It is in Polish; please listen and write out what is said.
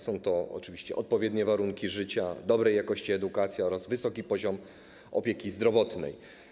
Są to oczywiście odpowiednie warunki życia, dobrej jakości edukacja oraz wysoki poziom opieki zdrowotnej.